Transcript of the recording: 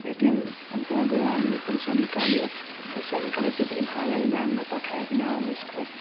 ATM अनि त्यहाँ गएर हामीले पैसा निकाल्यो पैसा निकालेर त्यो पनि भाडा गाडीमा हामीलाई पठायो बिना उसको